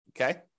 Okay